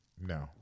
no